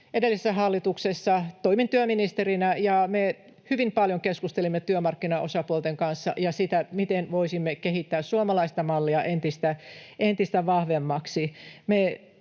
edellisessä hallituksessa toimin työministerinä, ja me hyvin paljon keskustelimme työmarkkinaosapuolten kanssa siitä, miten voisimme kehittää suomalaista mallia entistä vahvemmaksi.